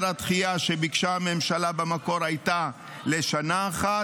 הדחייה שביקשה הממשלה במקור הייתה לשנה אחת,